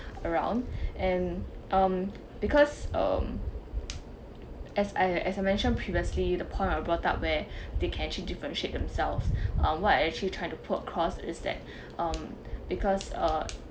around and um because um as I as I mentioned previously the point I brought up where they can actually differentiate themselves uh what I actually trying to put across is that um because uh